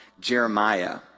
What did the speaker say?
Jeremiah